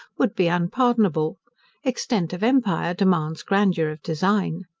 would be unpardonable extent of empire demands grandeur of design.